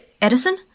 Edison